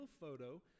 photo